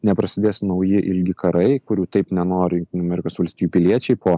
neprasidės nauji ilgi karai kurių taip nenori jungtinių amerikos valstijų piliečiai po